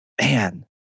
man